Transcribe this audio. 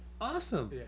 awesome